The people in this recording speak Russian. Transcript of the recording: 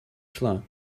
шла